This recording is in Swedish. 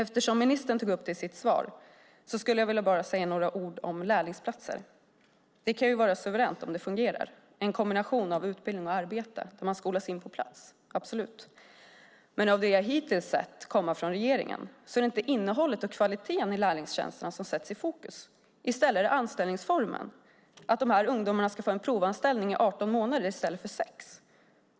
Jag skulle vilja säga några ord om lärlingsplatser eftersom ministern tog upp dem i sitt svar. Det kan vara suveränt om det fungerar - en kombination av utbildning och arbete och man skolas in på plats. Men av det som jag hittills sett komma från regeringen är det inte innehållet och kvaliteten i lärlingstjänsterna som sätts i fokus. I stället är det anställningsformen, alltså att dessa ungdomar ska få en provanställning i 18 månader i stället för i 6 månader.